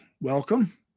Welcome